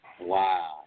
Wow